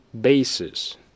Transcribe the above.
bases